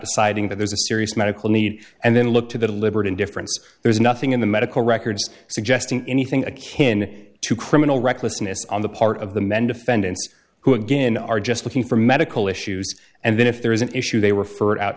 deciding that there's a serious medical need and then look to deliberate indifference there is nothing in the medical records suggesting anything akin to criminal recklessness on the part of the men defendants who again are just looking for medical issues and then if there is an issue they refer it out